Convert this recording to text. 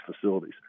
facilities